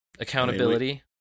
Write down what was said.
Accountability